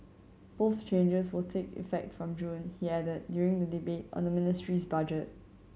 both changes will take effect from June he added during the debate on the ministry's budget